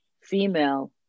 female